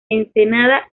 ensenada